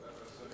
ועדת השרים.